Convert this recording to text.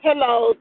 Hello